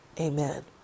Amen